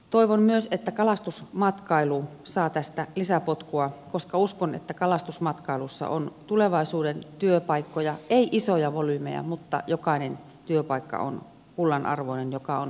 toivon myös että kalastusmatkailu saa tästä lisäpotkua koska uskon että kalastusmatkailussa on tulevaisuuden työpaikkoja ei isoja volyymeja mutta jokainen työpaikka joka on kotimaassa on kullan arvoinen